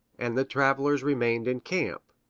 and the travelers remained in camp,